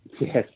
Yes